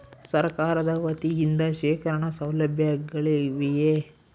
ಸರಕಾರದ ವತಿಯಿಂದ ಶೇಖರಣ ಸೌಲಭ್ಯಗಳಿವೆಯೇ?